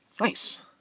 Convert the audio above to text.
Nice